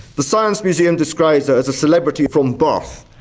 the science museum describes her as a celebrity from birth,